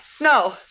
No